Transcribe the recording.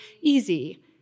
easy